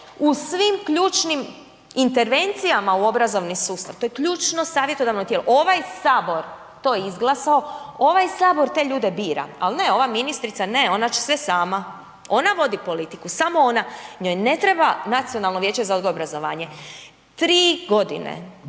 u svim ključnim intervencijama u obrazovni sustav, to je ključno savjetodavno tijelo, ovaj HS je to izglasao, ovaj HS te ljude bira, al ne ova ministrica ne, ona će sve sama, ona vodi politiku, samo ona, njoj ne treba Nacionalno vijeće za odgoj i obrazovanje, 3.g.,